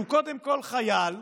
שהוא קודם כול חייל,